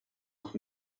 off